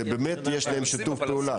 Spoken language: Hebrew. זה באמת יש להם שיתוף פעולה.